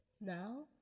now